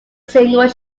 single